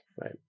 Right